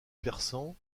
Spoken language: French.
persan